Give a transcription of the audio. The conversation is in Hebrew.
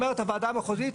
אומרת הוועדה המחוזית,